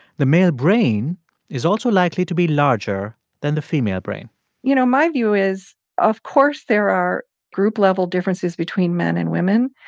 the male brain is also likely to be larger than the female brain you know, my view is of course there are group-level differences between men and women.